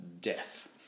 death